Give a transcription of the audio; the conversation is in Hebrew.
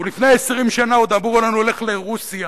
ולפני 20 שנה עוד אמרו לנו: לך לרוסיה.